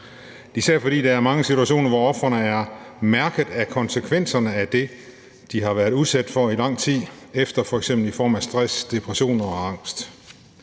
især fordi der er mange situationer, hvor ofrene er mærket af konsekvenserne af det, de har været udsat for, i lang tid efter, i form af f.eks. stress, depression og angst.